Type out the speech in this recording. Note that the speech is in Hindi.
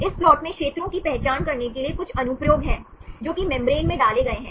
इस प्लॉट में क्षेत्रों की पहचान करने के लिए कुछ अनुप्रयोग हैं जो कि मेम्ब्रेन में डाले गए हैं